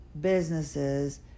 businesses